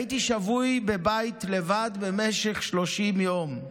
הייתי שבוי בבית לבד במשך 30 יום.